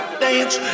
dance